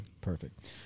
Perfect